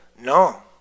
no